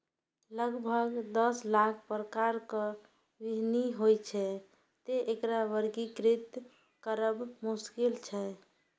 लगभग दस लाख प्रकारक बीहनि होइ छै, तें एकरा वर्गीकृत करब मोश्किल छै